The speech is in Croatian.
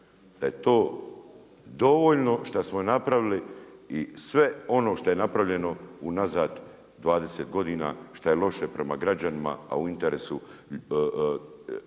da je to dovoljno što smo napravili i sve ono što je napravljeno unazad 20 godina što je loše prema građanima, a u interesu interesnih